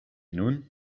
nun